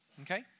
Okay